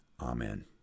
Amen